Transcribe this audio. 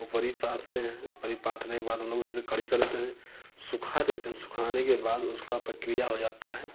ऊपरी पाथते हैं ऊपरी पाथने के बाद हम लोग वैसे खड़ी करते हैं सूखा देते हैं सुखाने के बाद उसका प्रक्रिया हो जाता है